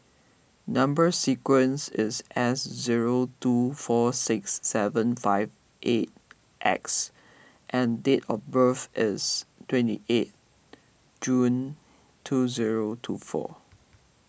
Number Sequence is S zero two four six seven five eight X and date of birth is twenty eighth June two zero two four